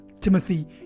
Timothy